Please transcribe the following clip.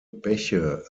bäche